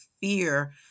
fear